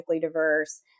diverse